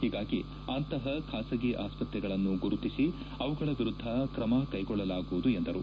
ಹೀಗಾಗಿ ಅಂತಪ ಖಾಸಗಿ ಆಸ್ಪತ್ರೆಗಳನ್ನು ಗುರುತಿಸಿ ಅವುಗಳ ವಿರುದ್ದ ಕ್ರಮ ಕೈಗೊಳ್ಳಲಾಗುವುದು ಎಂದರು